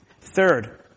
Third